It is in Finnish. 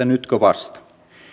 nytkö vasta